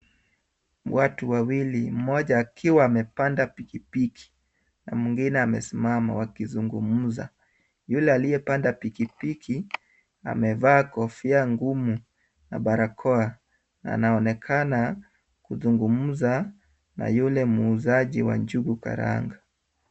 Watu wawili, mmoja akiwa amepanda pikipiki na mwingine amesimama wakizungumza. Yule aliyepanda pikipiki amevaa kofia ngumu na barakoa na anaonekana kuzungumza na yule muuzaji wa njugu karanga.